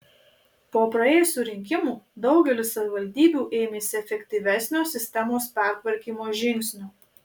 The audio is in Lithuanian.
po praėjusių rinkimų daugelis savivaldybių ėmėsi efektyvesnio sistemos pertvarkymo žingsnių